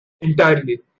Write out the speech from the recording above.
entirely